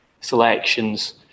Selections